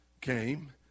came